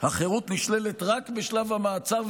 החירות נשללת רק בשלב המעצר,